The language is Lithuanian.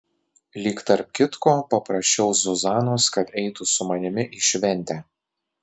lyg tarp kitko paprašiau zuzanos kad eitų su manimi į šventę